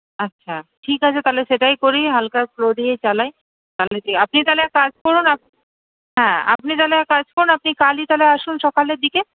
আচ্ছা ঠিক আছে তাহলে সেটাই করি হালকা ফ্লো দিয়েই চালাই আপনি তাহলে এক কাজ করুন হ্যাঁ আপনি তাহলে এক কাজ করুন আপনি কালই তাহলে আসুন সকালের দিকে